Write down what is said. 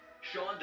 Sean